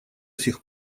сих